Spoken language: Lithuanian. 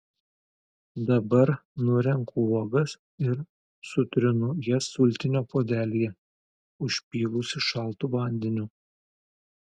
dabar nurenku uogas ir sutrinu jas sultinio puodelyje užpylusi šaltu vandeniu